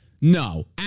No